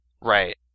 Right